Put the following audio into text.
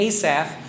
Asaph